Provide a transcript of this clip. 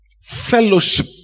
Fellowship